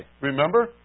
Remember